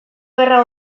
gerra